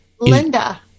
Linda